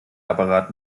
apparat